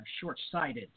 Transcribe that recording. short-sighted